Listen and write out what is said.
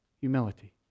humility